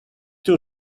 two